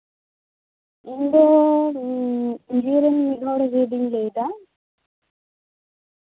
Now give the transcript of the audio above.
ᱤᱧᱫᱚ ᱤᱭᱟᱹᱨᱮᱱ ᱢᱤᱫ ᱦᱚᱲ ᱤᱭᱟᱹᱧ ᱞᱟᱹᱭᱫᱟ